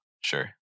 sure